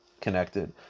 connected